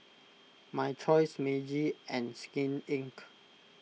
My Choice Meiji and Skin Inc